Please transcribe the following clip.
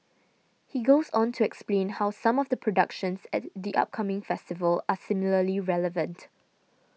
he goes on to explain how some of the productions at the upcoming festival are similarly relevant